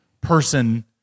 person